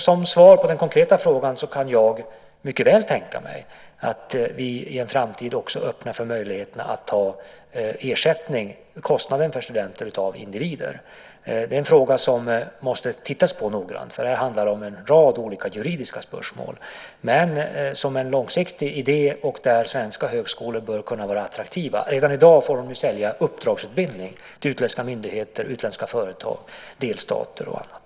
Som svar på den konkreta frågan kan jag mycket väl tänka mig att vi i framtiden också öppnar för möjligheten att ta ersättning för kostnaden för studenter av individer. Det är en fråga som det måste tittas på noggrant, för här handlar det om en rad olika juridiska spörsmål. Men det är en långsiktig idé, och svenska högskolor bör kunna vara attraktiva. Redan i dag får de ju sälja uppdragsutbildning till utländska myndigheter, utländska företag, delstater och annat.